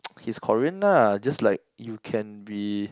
he's Korean ah just like you can be